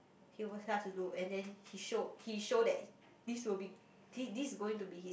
he was like to do and then he show he show that this will be this this going to be his